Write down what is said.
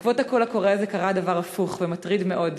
בעקבות הקול הקורא הזה קרה דבר הפוך ומטריד מאוד: